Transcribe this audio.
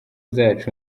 zacu